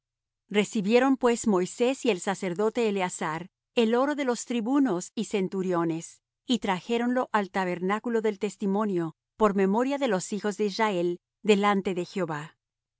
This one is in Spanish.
recibieron pues moisés y el sacerdote eleazar el oro de los tribunos y centuriones y trajéronlo al tabernáculo del testimonio por memoria de los hijos de israel delante de jehová y los